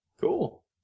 Cool